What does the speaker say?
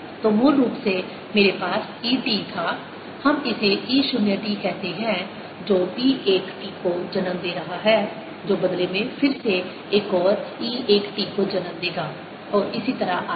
तो मूल रूप से मेरे पास E t था हम इसे E 0 t कहते हैं जो B 1 t को जन्म दे रहा है जो बदले में फिर से एक और E 1 t को जन्म देगा और इसी तरह आगे